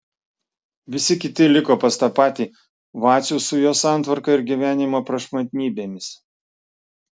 visi kiti liko pas tą patį vacių su jo santvarka ir gyvenimo prašmatnybėmis